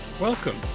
Welcome